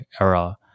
era